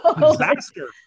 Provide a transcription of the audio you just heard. disaster